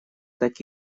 так